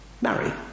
marry